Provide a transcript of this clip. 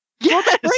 Yes